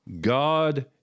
God